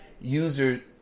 user